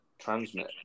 Transmit